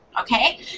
Okay